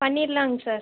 பண்ணிடலாங்க சார்